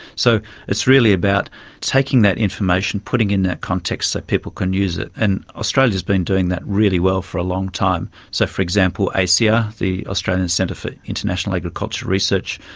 so it's really about taking that information, putting in that context so people can use it. and australia has been doing that really well for a long time. so, for example, aciar, the australian centre for international agriculture research,